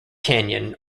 canyon